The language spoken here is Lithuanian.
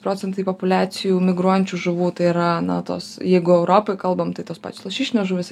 procentai populiacijų migruojančių žuvų tai yra na tos jeigu europoj kalbam tai tas pačios lašišinės žuvys